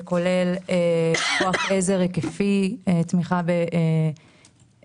זה כולל כוח עזר היקפי, תמיכה בסטודנטים.